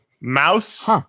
Mouse